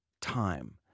time